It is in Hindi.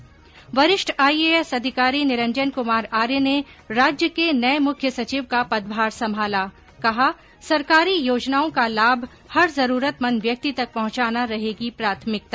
्वरिष्ठ आईएएस अधिकारी निरंजन कुमार आर्य ने राज्य के नये मुख्य सचिव का पदभार संभाला कहा सरकारी योजनाओं का लाभ हर जरूरतमंद व्यक्ति तक पहुंचाना रहेगी प्राथमिकता